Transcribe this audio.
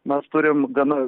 mes turim gana